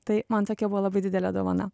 tai man tokia buvo labai didelė dovana